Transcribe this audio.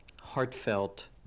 heartfelt